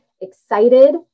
excited